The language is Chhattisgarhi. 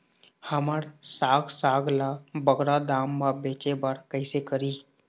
हमर साग साग ला बगरा दाम मा बेचे बर कइसे करी?